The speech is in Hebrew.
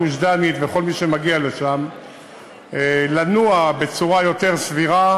הגוש-דנית ולכל מי שמגיע לשם לנוע בצורה יותר סבירה.